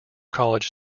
college